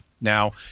Now